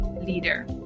leader